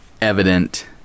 evident